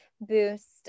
boost